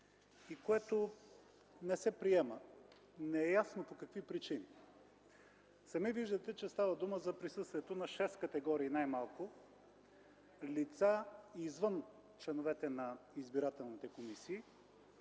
избори и не се прие. Не е ясно по какви причини. Сами виждате, че става дума за присъствието на най-малко шест категории лица извън членовете на избирателните комисии,